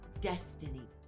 destiny